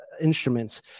instruments